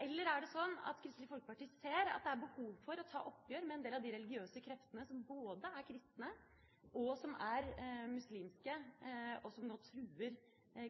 Eller er det slik at Kristelig Folkeparti ser at det er behov for å ta oppgjør med en del av de religiøse kreftene, både kristne og muslimske, som nå truer